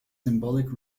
symbolic